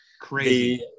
Crazy